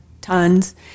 tons